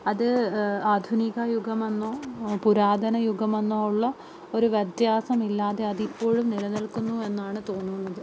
അത് ആധുനികയുഗമെന്നോ പുരാതനയുഗമെന്നോ ഉള്ള ഒരു വ്യത്യാസമില്ലാതെ അതിപ്പോഴും നിലനിൽക്കുന്നുവെന്നാണ് തോന്നുന്നത്